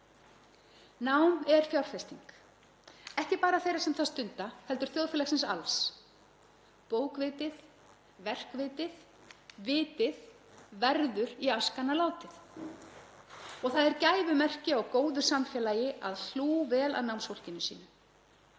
Nám er fjárfesting, ekki bara þeirra sem það stunda heldur þjóðfélagsins alls. Bókvitið, verkvitið, vitið, verður í askana látið. Það er gæfumerki á góðu samfélagi að hlúa vel að námsfólkinu sínu.